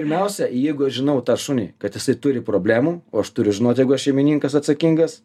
pirmiausia jeigu aš žinau tą šunį kad jisai turi problemų o aš turiu žinot jeigu aš šeimininkas atsakingas